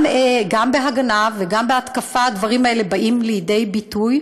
גם בהגנה וגם בהתקפה הדברים האלה באים לידי ביטוי,